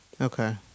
Okay